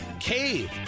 cave